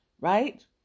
right